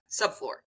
subfloor